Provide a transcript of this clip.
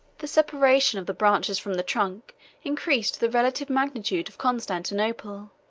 the separation of the branches from the trunk increased the relative magnitude of constantinople